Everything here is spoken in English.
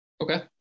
Okay